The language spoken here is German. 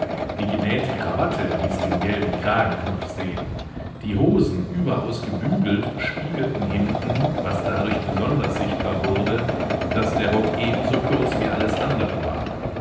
die genähte krawatte ließ den gelben kragenknopf sehn die hosen überaus gebügelt spiegelten hinten was dadurch besonders sichtbar wurde daß der rock ebenso kurz wie alles andere war